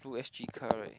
blue S_G car right